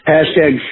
Hashtag